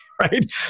Right